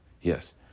yes